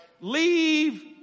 Leave